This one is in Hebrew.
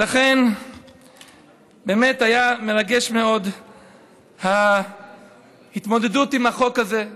ולכן באמת הייתה מרגשת מאוד ההתמודדות עם החוק הזה,